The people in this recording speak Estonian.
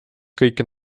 kõike